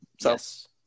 Yes